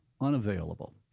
unavailable